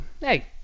Hey